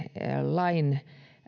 lain